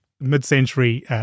Mid-century